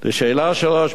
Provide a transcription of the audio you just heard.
תודה רבה.